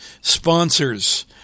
Sponsors